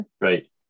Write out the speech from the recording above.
Right